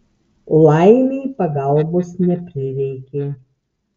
laimei pagalbos neprireikė